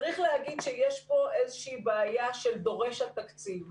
צריך להגיד שיש פה איזושהי בעיה של דורש התקציב.